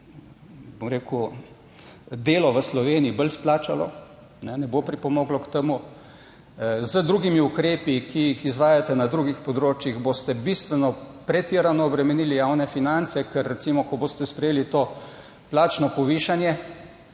bom rekel delo v Sloveniji bolj splačalo, ne bo pripomoglo k temu. Z drugimi ukrepi, ki jih izvajate na drugih področjih boste bistveno pretirano obremenili javne finance, ker recimo, ko boste sprejeli to plačno povišanje,